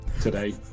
today